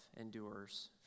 endures